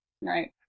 right